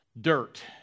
dirt